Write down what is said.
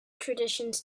traditions